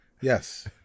Yes